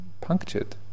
punctured